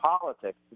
politics